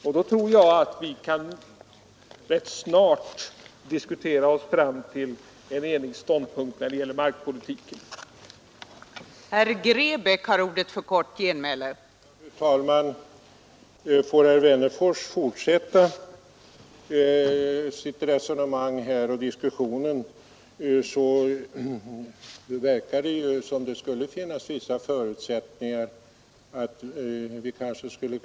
Jag tror nämligen att vi trots allt bör kunna diskutera oss fram till en gemensam markpolitisk syn som har bred förankring i det svenska folket.